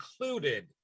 included